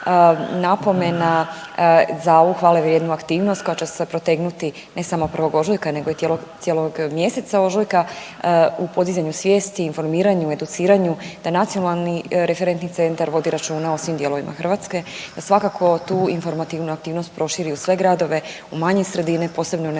Napomena za ovu hvale vrijednu aktivnost koja će se protegnuti ne samo 1. ožujka nego i cijelog mjeseca ožujka u podizanju svijesti, informiranju, educiranju da Nacionalni referentni centar vodi računa o svim dijelovima Hrvatske, da svakako tu informativnu aktivnost proširi u sve gradove, u manje sredine posebno one ruralne.